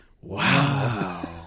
wow